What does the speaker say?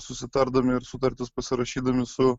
susitardami ir sutartis pasirašydami su